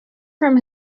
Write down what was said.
from